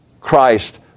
Christ